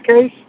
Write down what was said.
case